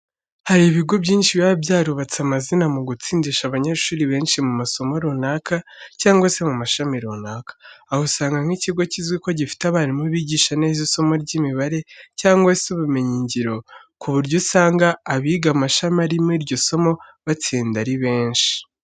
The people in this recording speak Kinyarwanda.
Hari ibigo byinshi biba byarubatse amazina mu gutsindisha abanyeshuri benshi mu masomo runaka cyangwa se mu mashami runaka. Aho usanga nk'ikigo kizwi ko gifite abarimu bigisha neza isomo ry'imibare cyangwa se ubumenyi ngiro, ku buryo usanga abiga amashami arimo iryo somo batsinda ari benshi.